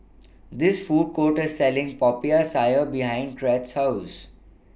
This Food courter Selling Popiah Sayur behind Crete's House